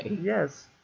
yes